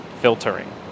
filtering